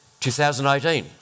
2018